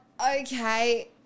Okay